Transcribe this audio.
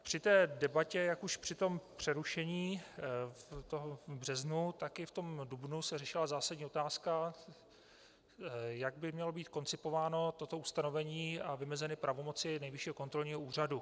Při debatě, jak už při tom přerušení v březnu, tak i v dubnu, se řešila zásadní otázka, jak by mělo být koncipováno toto ustanovení a vymezeny pravomoci Nejvyššího kontrolního úřadu.